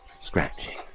scratching